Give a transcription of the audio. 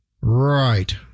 Right